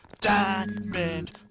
Diamond